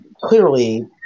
clearly